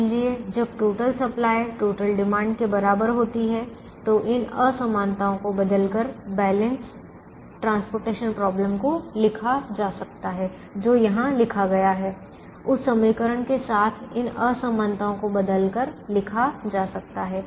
इसलिए जब total supply total demand के बराबर होती है तो इन असमानताओं को बदलकर संतुलित परिवहन समस्या को लिखा जा सकता है जो यहां लिखा गया है उस समीकरण के साथ इन असमानताओं को बदलकर लिखा जा सकता है